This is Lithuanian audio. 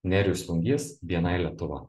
nerijus lungys bni lietuva